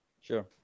Sure